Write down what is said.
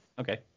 Okay